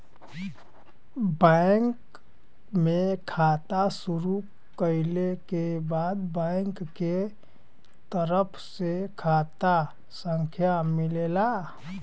bank में खाता शुरू कइले क बाद बैंक के तरफ से खाता संख्या मिलेला